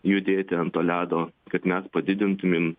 judėti ant to ledo kad mes padidintumėm